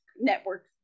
network